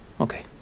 okay